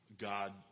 God